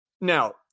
Now